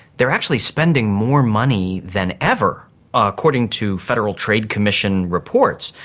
they are actually spending more money than ever according to federal trade commission reports.